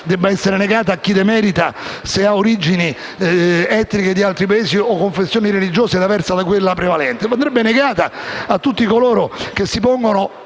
debba essere negata a chi demerita, se ha origini etniche di altri Paesi o se è di confessioni religiose diverse da quella prevalente. Credo che andrebbe negata a tutti coloro che si pongono